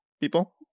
people